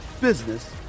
business